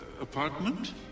apartment